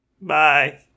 Bye